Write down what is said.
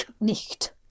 nicht